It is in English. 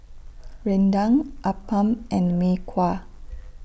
Rendang Appam and Mee Kuah